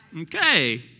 Okay